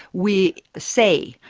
we say,